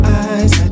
eyes